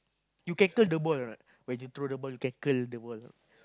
you can curl the ball or not when you throw the ball you can curl the ball or not